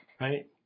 right